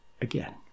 again